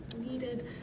needed